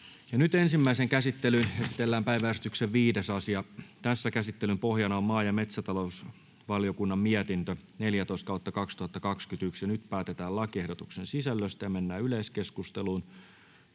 Ensimmäiseen käsittelyyn esitellään päiväjärjestyksen 6. asia. Käsittelyn pohjana on talousvaliokunnan mietintö TaVM 26/2021 vp. Nyt päätetään lakiehdotuksen sisällöstä. — Mennään yleiskeskusteluun.